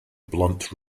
blunt